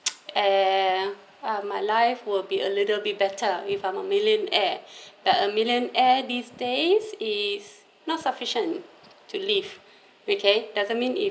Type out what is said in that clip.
and ah my life will be a little bit better if I'm a millionaire but a millionaire these days is not sufficient to live okay doesn't mean if